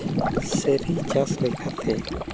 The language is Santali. ᱥᱟᱹᱨᱤ ᱪᱟᱥ ᱞᱮᱠᱟᱛᱮ